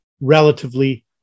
relatively